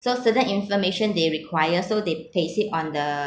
so certain information they require so they paste it on the